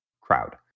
crowd